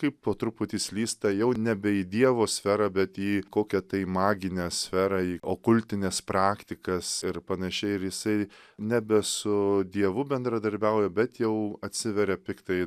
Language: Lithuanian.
kaip po truputį slysta jau nebe į dievo sferą bet į kokią tai maginę sferą į okultines praktikas ir panašiai ir jisai nebe su dievu bendradarbiauja bet jau atsiveria piktai